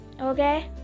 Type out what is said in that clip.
Okay